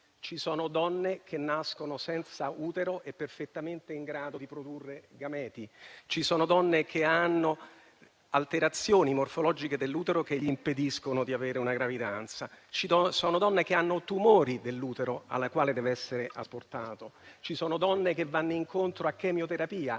Ci sono donne che nascono senza utero e perfettamente in grado di produrre gameti. Ci sono donne che hanno alterazioni morfologiche dell'utero, che impediscono loro di avere una gravidanza. Ci sono donne che hanno tumori dell'utero, alle quali deve essere asportato. Ci sono donne che vanno incontro a chemioterapia,